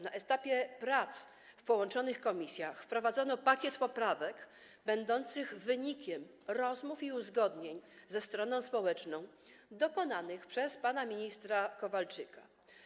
Na etapie prac w połączonych komisjach wprowadzono pakiet poprawek będących wynikiem rozmów i uzgodnień ze stroną społeczną przeprowadzonych przez pana ministra Kowalczyka.